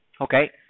Okay